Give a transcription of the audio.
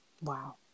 wow